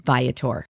Viator